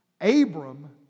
Abram